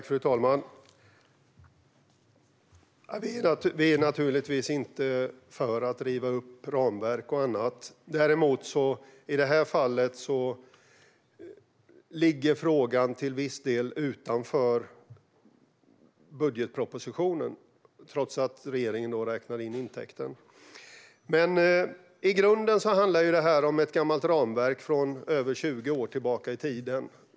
Fru talman! Vi är naturligtvis inte för att riva upp ramverk eller annat. Däremot ligger frågan i det här fallet till viss del utanför budgetpropositionen - trots att regeringen räknar in intäkten. I grunden handlar det här om ett gammalt ramverk från över 20 år tillbaka i tiden.